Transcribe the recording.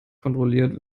kontrolliert